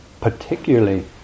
particularly